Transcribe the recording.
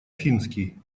финский